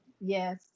yes